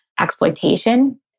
exploitation